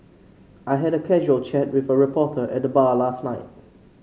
I had a casual chat with a reporter at the bar last night